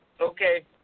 Okay